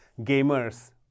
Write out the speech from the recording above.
gamers